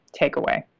takeaway